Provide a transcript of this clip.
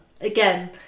Again